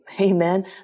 Amen